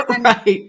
Right